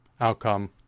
outcome